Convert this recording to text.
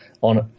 on